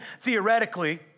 theoretically